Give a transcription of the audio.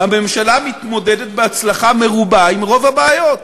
הממשלה מתמודדת בהצלחה מרובה עם רוב הבעיות.